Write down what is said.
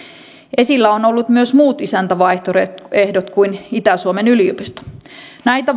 esillä on ollut myös muut isäntävaihtoehdot kuin itä suomen yliopisto näitä